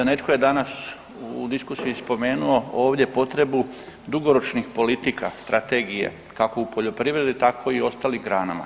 Netko je danas u diskusiji spomenuo ovdje potrebu dugoročnih politika, strategije, kako u poljoprivredi, tako i u ostalim granama.